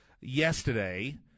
yesterday